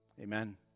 Amen